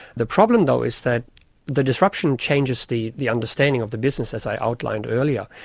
the problem though is that the disruption changes the the understanding of the business, as i outlined earlier.